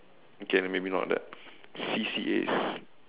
okay then maybe not that C_C_As